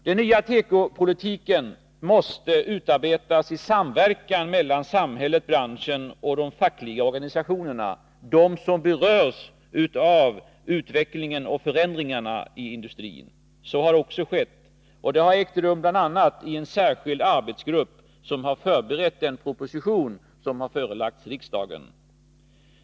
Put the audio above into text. Den nya tekopolitiken måste utarbetas i samverkan mellan samhället, branschen och de fackliga organisationerna — de som berörs av utvecklingen och förändringarna i industrin. Så har också skett, det har ägt rum bl.a. i en särskild arbetsgrupp som förberett den proposition som har förelagts riksdagen.